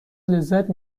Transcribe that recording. لذت